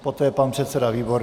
Poté pan předseda Výborný.